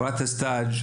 את הסטאז',